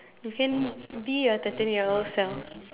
you can be your thirteen year old self